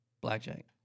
Blackjack